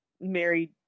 married